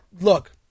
look